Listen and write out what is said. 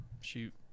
shoot